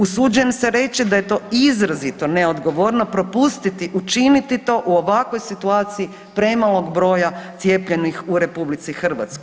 Usuđujem se reći da je to izrazito neodgovorno propustiti učiniti to u ovakvoj situaciji premalog broja cijepljenih u RH.